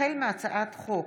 החל בהצעת חוק